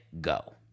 go